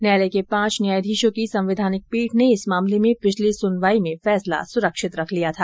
न्यायालय के पांच न्यायाधीशों की संवैधानिक पीठ ने इस मामले में पिछली सुनवाई में फैसला सुरक्षित रख लिया था